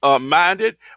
minded